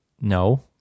No